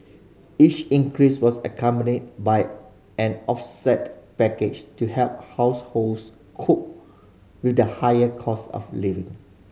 each increase was accompanied by an offset package to help households cope with the higher cost of living